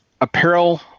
apparel